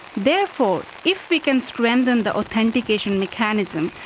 therefore, if we can strengthen the authentication mechanism,